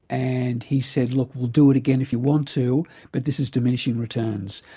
and he said, look, we'll do it again if you want to but this is diminishing returns.